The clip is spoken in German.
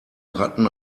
ratten